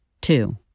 Two